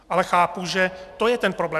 Ale chápu, že to je ten problém.